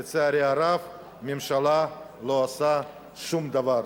לצערי הרב הממשלה לא עושה שום דבר.